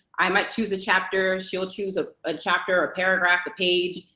i might choose a chapter. she'll choose a a chapter, a paragraph, a page.